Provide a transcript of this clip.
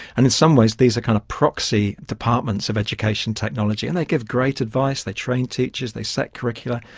and in some ways these are kind of proxy departments of education technology, and they give great advice, they are trained teachers, they set curricula,